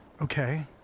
Okay